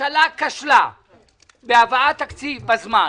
הממשלה כשלה בהבאת תקציב בזמן,